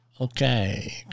Okay